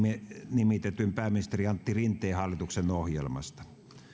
nimitetyn pääministeri antti rinteen hallituksen ohjelmasta